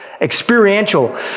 experiential